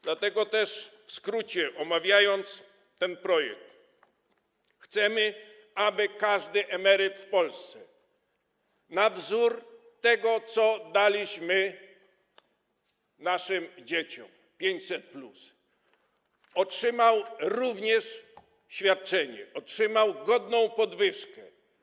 Dlatego też - w skrócie omawiając ten projekt - chcemy, aby każdy emeryt w Polsce, na wzór tego, co daliśmy naszym dzieciom, 500+, również otrzymał świadczenie, otrzymał godną podwyżkę.